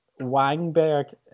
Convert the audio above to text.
Wangberg